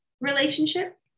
relationship